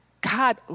God